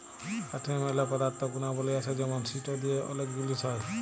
কাঠের ম্যালা পদার্থ গুনাগলি আসে যেমন সিটো দিয়ে ওলেক জিলিস হ্যয়